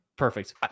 Perfect